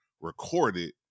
recorded